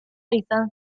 izan